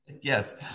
Yes